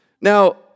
Now